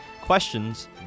questions